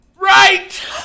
right